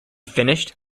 finished